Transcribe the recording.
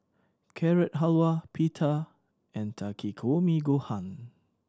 Carrot Halwa Pita and Takikomi Gohan